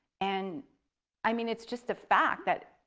and i mean it's just a fact that,